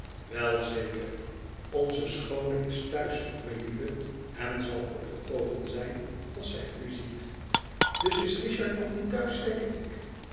wel zeker onze schoone is thuis melieve en zal opgetogen zijn als zij u ziet dus is richard nog niet thuis zeideik daar ben ik